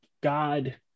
God